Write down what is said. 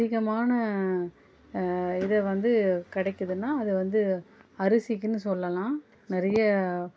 அதிகமான இது வந்து கிடைக்குதுன்னா அது வந்து அரிசிக்குன்னு சொல்லலாம் நிறைய